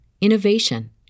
innovation